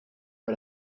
pas